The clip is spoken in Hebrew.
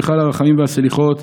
בכלל הרחמים והסליחות.